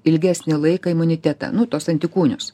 ilgesnį laiką imunitetą nu tuos antikūnus